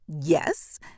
yes